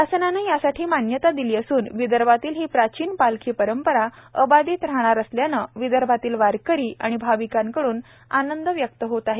शासनाने यासाठी मान्यता दिली असून विदर्भातील ही प्राचीन पालखी परंपरा अबाधित राहणार असल्याने विदर्भातील वारकरी भाविकांकडून आनंद व्यक्त होत आहे